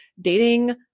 dating